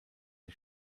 der